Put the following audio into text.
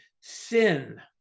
sin